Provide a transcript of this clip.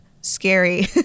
scary